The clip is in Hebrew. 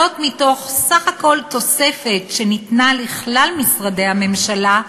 זאת מתוך סך כל התוספת שניתנה לכלל משרדי הממשלה,